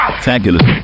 Fabulous